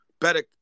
better